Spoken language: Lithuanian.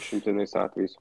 išimtiniais atvejais